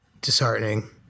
disheartening